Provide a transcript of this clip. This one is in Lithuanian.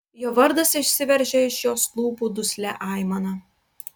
jo vardas išsiveržė iš jos lūpų duslia aimana